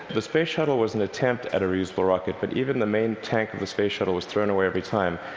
the space shuttle was an attempt at a reusable rocket, but even the main tank of the space shuttle was thrown away every time,